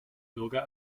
bürger